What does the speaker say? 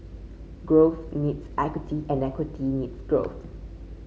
growth needs equity and equity needs growth